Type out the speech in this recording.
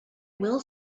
will